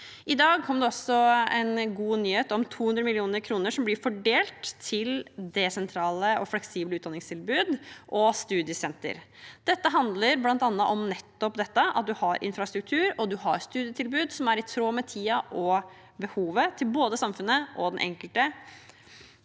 I dag kom det en god nyhet om 200 mill. kr som blir fordelt til desentrale og fleksible utdanningstilbud og studiesenter. Det handler bl.a. om nettopp det å ha infrastruktur og studietilbud som er i tråd med tiden og behovet til både samfunnet og den enkelte.